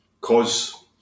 cause